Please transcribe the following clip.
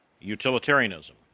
utilitarianism